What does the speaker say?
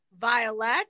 Violet